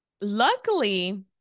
luckily